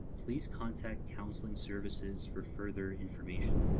please contact counselling services for further information.